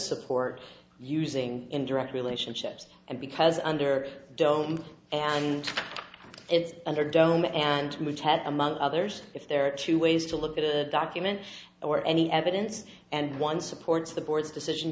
support using indirect relationships and because under don't and it's under doma and among others if there are two ways to look at a document or any evidence and one supports the board's decision